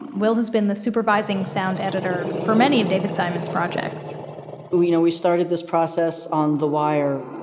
will has been the supervising sound editor for many of david simon's projects we you know we started this process on the wire.